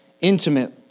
Intimate